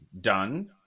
done